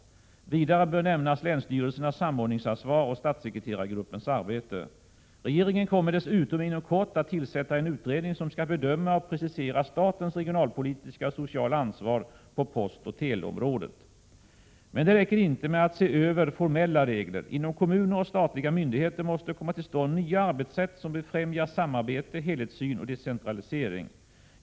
Vidare bör nämnas länsstyrelsernas samordningsansvar och statssekreterargruppens arbete. Regeringen kommer dessutom inom kort att tillsätta en utredning som skall bedöma och precisera statens regionalpolitiska och sociala ansvar på postoch teleområdet. Men det räcker inte med att se över formella regler. Inom kommuner och statliga myndigheter måste komma till stånd nya arbetssätt som befrämjar samarbete, helhetssyn och decentralisering.